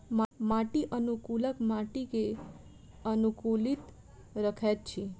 माटि अनुकूलक माटि के अनुकूलित रखैत अछि